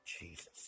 Jesus